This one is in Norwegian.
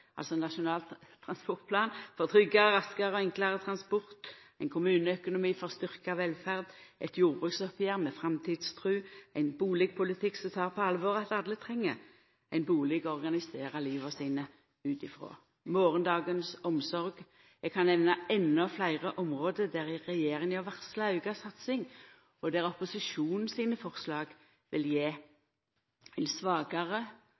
raskare og enklare transport, ein kommuneøkonomi for styrkt velferd, eit jordbruksoppgjer med framtidstru, ein bustadpolitikk som tek på alvor at alle treng ein bustad å organisera liva sine ut ifrå, og morgondagens omsorg. Eg kan nemna enda fleire område der regjeringa har varsla auka satsing, og der opposisjonen sine forslag vil gje ein svakare